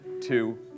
two